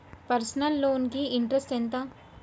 Personal loan కి interest ఎంత?